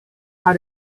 how